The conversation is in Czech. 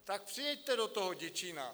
Tak přijeďte do toho Děčína!